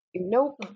nope